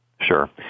Sure